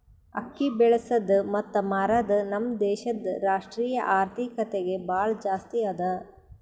ಅಕ್ಕಿ ಬೆಳಸದ್ ಮತ್ತ ಮಾರದ್ ನಮ್ ದೇಶದ್ ರಾಷ್ಟ್ರೀಯ ಆರ್ಥಿಕತೆಗೆ ಭಾಳ ಜಾಸ್ತಿ ಅದಾ